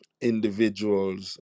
individuals